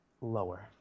Lower